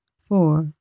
Four